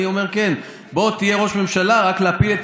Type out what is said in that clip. אני אומר, כן, בוא תהיה ראש ממשלה, רק להפיל את